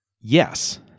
Yes